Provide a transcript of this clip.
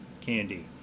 Candy